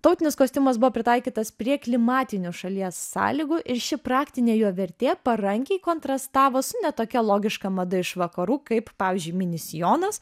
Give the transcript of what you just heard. tautinis kostiumas buvo pritaikytas prie klimatinių šalies sąlygų ir ši praktinė jo vertė parankiai kontrastavo su ne tokia logiška mada iš vakarų kaip pavyzdžiui mini sijonas